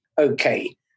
Okay